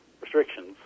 restrictions